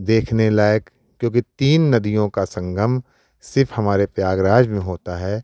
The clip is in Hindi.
देखने लायक क्योंकि तीन नदियों का संगम सिर्फ हमारे प्रयागराज में होता है